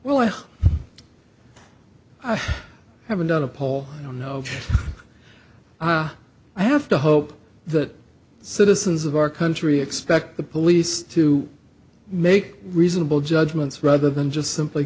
well i haven't done a poll i don't know i have to hope that citizens of our country expect the police to make reasonable judgments rather than just simply